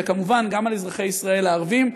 וכמובן גם על אזרחי ישראל הערבים,